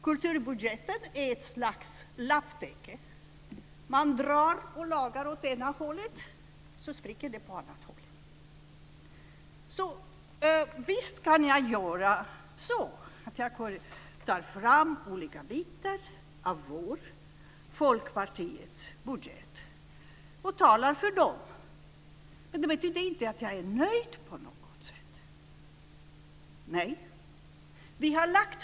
Kulturbudgeten är ett slags lapptäcke. Om man lagar på ett håll spricker det på ett annat. Visst kan jag ta fram olika bitar av Folkpartiets budget och tala för dem, men det betyder inte på något sätt att jag är nöjd.